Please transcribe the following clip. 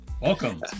Welcome